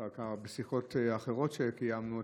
בשיחות אחרות שקיימנו,